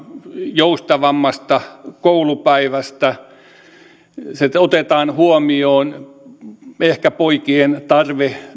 joustavammasta koulupäivästä otetaan huomioon ehkä poikien tarve